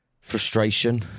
frustration